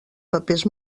papers